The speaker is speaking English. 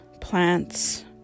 plants